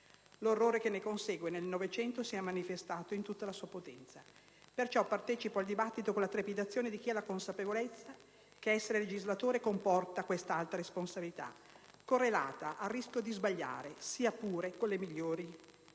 L'orrore che ne consegue, nel '900 si è manifestato in tutta la sua potenza. Pertanto, partecipo al dibattito con la trepidazione di chi ha la consapevolezza che essere legislatore comporta questa alta responsabilità correlata anche al rischio di sbagliare, sia pure con le migliori intenzioni.